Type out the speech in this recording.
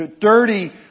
dirty